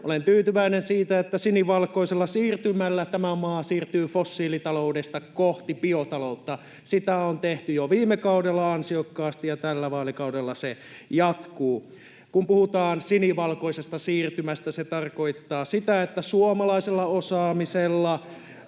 Olen tyytyväinen siitä, että sinivalkoisella siirtymällä tämä maa siirtyy fossiilitaloudesta kohti biotaloutta. Sitä on tehty jo viime kaudella ansiokkaasti, ja tällä vaalikaudella se jatkuu. Kun puhutaan sinivalkoisesta siirtymästä, se tarkoittaa sitä, että suomalaisella osaamisella